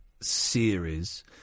series